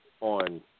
on